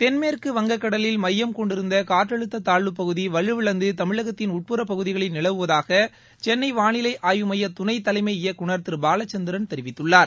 தென்மேற்கு வங்கக்கடலில் மையம் கொண்டிருந்த காற்றழுத்த தாழ்வுப்பகுதி வலுவிழந்து தமிழகத்தின் உட்புற பகுதிகளில் நிலவுவதாக சென்னை வாளிலை ஆய்வு மைய துணைத்தலைமை இயக்குநர் திரு பாலச்சந்திரன் தெரிவித்துள்ளார்